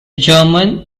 german